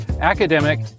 academic